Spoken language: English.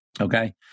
okay